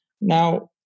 Now